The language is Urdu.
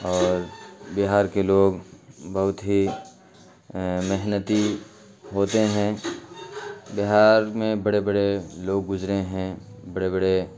اور بہار کے لوگ بہت ہی محنتی ہوتے ہیں بہار میں بڑے بڑے لوگ گزرے ہیں بڑے بڑے